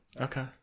Okay